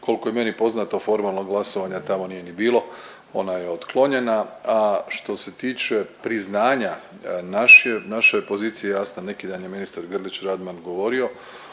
kolko je meni poznato formalnog glasovanja tamo nije ni bilo, ona je otklonjena. A što se tiče priznanja, naša je pozicija jasna neki dan je ministar Grlić Radman govorio